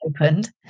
opened